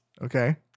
Okay